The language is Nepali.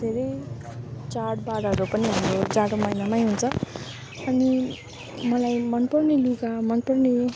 धेरै चाडबाडहरू पनि हाम्रो जाडो महिनामै हुन्छ अनि मलाई मनपर्ने लुगा मनपर्ने